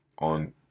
on